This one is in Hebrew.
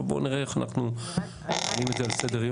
עכשיו בואו נראה איך אנחנו מעלים את זה על סדר יום.